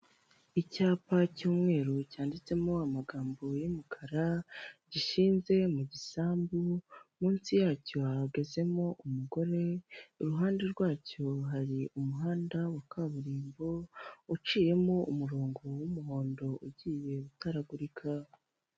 Icyapa cy'umweru cyanditsemo amagambo y'umukara, gishinze mu gisambu munsi yacyo hahagazemo umugore, iruhande rwacyo hari umuhanda wa kaburimbo uciyemo umurongo w'umuhondo ugiye gutaragurika.